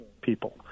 people